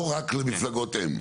לא רק למפלגות אם.